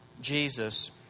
Jesus